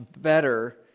better